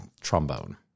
trombone